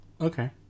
Okay